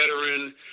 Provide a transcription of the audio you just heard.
veteran